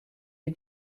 you